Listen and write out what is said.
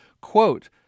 quote